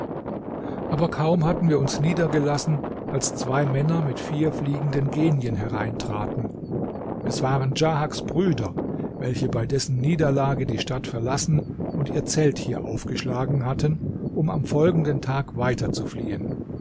aber kaum hatten wir uns niedergelassen als zwei männer mit vier fliegenden genien hereintraten es waren djahaks brüder welche bei dessen niederlage die stadt verlassen und ihr zelt hier aufgeschlagen hatten um am folgenden tag